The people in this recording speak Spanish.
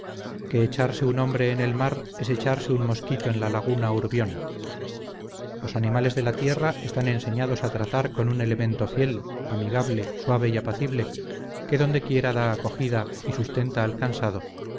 que echarse un hombre en el mar es echarse un mosquito en la laguna urbion los animales de la tierra están enseñados a tratar con un elemento fiel amigable suave y apacible que donde quiera da acogida y sustenta